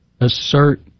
assert